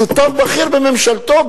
שותף בכיר בממשלתו,